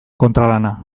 kontralana